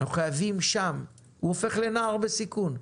הוא הופך לנער בסיכון.